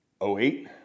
08